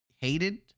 hated